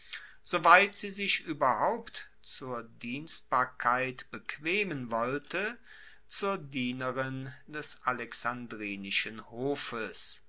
soweit sie sich ueberhaupt zur dienstbarkeit bequemen wollte zur dienerin des alexandrinischen hofes